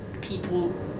people